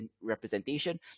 representation